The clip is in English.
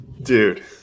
dude